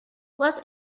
was